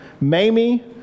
Mamie